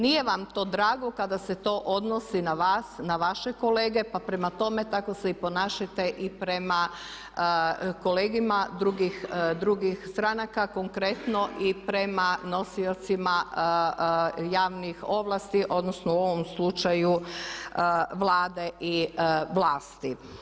Nije vam to drago kada se to odnosi na vas, na vaše kolege pa prema tome tako se i ponašajte i prema kolegama drugih stranaka, konkretno i prema nosiocima javnih ovlasti odnosno u ovom slučaju Vlade i vlasti.